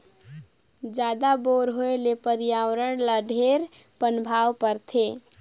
जादा बोर होए ले परियावरण ल ढेरे पनभाव परथे